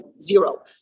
zero